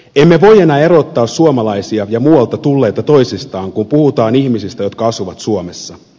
emme voi enää erottaa suomalaisia ja muualta tulleita toisistaan kun puhutaan ihmisistä jotka asuvat suomessa